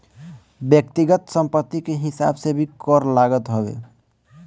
व्यक्तिगत संपत्ति के हिसाब से भी कर लागत हवे